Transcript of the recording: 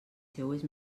seues